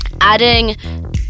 adding